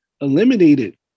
eliminated